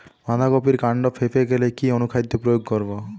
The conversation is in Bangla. বাঁধা কপির কান্ড ফেঁপে গেলে কি অনুখাদ্য প্রয়োগ করব?